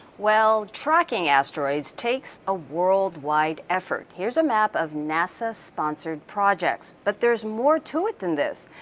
well tracking asteroids takes a worldwide effort. here's a map of nasa-sponsored projects, but there's more to it than this.